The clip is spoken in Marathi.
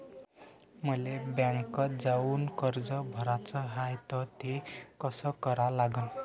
मले बँकेत जाऊन कर्ज भराच हाय त ते कस करा लागन?